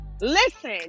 listen